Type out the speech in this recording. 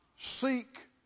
seek